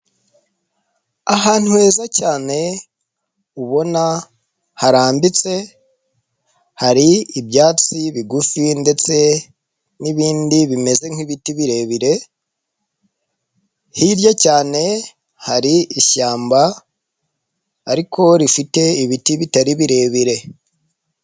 Ahantu heza cyane ubona harambitse hari ibyatsi bigufi ndetse n'ibindi bimeze nk'ibiti birebire, hirya cyane hari ishyamba ariko rifite ibiti bitari birebire.